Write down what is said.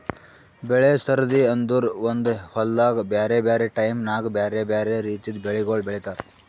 ಬೆಳೆ ಸರದಿ ಅಂದುರ್ ಒಂದೆ ಹೊಲ್ದಾಗ್ ಬ್ಯಾರೆ ಬ್ಯಾರೆ ಟೈಮ್ ನ್ಯಾಗ್ ಬ್ಯಾರೆ ಬ್ಯಾರೆ ರಿತಿದು ಬೆಳಿಗೊಳ್ ಬೆಳೀತಾರ್